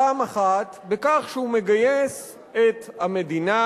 פעם אחת בכך שהוא מגייס את המדינה,